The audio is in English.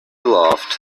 loft